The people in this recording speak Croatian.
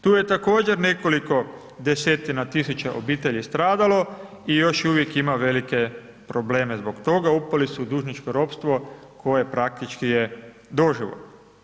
Tu je također nekoliko desetina tisuća obitelji stradalo i još uvijek ima velike probleme zbog toga, upali su u dužničko ropstvo, koje praktički je doživotno.